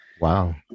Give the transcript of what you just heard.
Wow